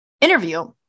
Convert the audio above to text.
interview